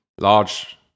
large